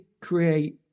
create